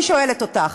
אני שואלת אותך.